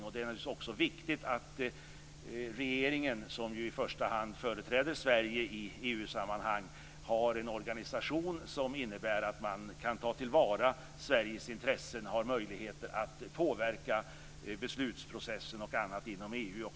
Det är naturligtvis också viktigt att regeringen, som i första hand företräder Sverige i EU-sammanhang, har en organisation som innebär att man kan ta till vara Sveriges intressen och har möjligheter att påverka beslutsprocess och annat inom EU.